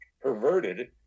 perverted